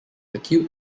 acute